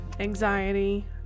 Anxiety